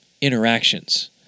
interactions